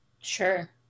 Sure